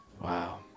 Wow